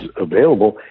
available